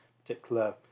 particular